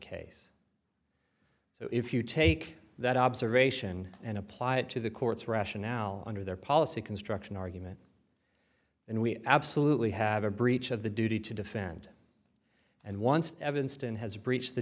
case so if you take that observation and apply it to the court's rationale under their policy construction argument then we absolutely have a breach of the duty to defend and once evanston has breached the